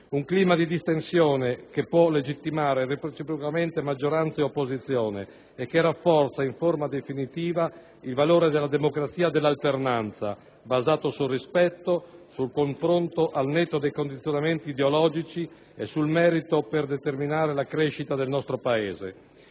Un clima di distensione che può legittimare reciprocamente maggioranza e opposizione e che rafforza in forma definitiva il valore della democrazia dell'alternanza basato sul rispetto, sul confronto al netto dei condizionamenti ideologici e sul merito per determinare la crescita del nostro Paese.